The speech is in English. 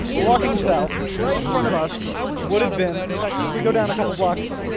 walking south right in front of us would have been, in fact, if we go down a couple blocks,